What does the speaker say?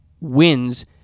wins